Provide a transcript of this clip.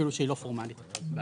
אפילו שהיא לא פורמלית בעלות.